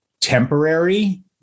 temporary